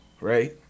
right